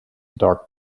dark